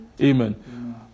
Amen